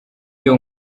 iyo